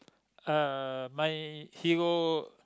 uh my hero